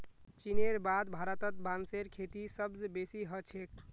चीनेर बाद भारतत बांसेर खेती सबस बेसी ह छेक